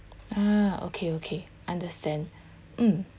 ah okay okay understand mm